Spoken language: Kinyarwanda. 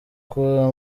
kuza